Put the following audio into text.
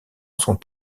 sont